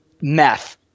meth